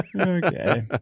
Okay